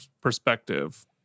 perspective